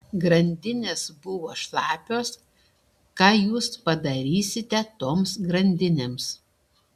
grandinės buvo šlapios ką jūs padarysite toms grandinėms